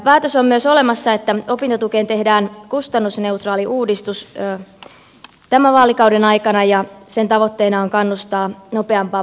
päätös on myös olemassa että opintotukeen tehdään kustannusneutraali uudistus tämän vaalikauden aikana ja sen tavoitteena on kannustaa nopeampaan valmistumiseen